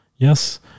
Yes